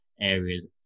areas